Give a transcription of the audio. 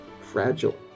fragile